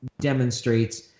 demonstrates